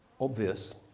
obvious